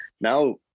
now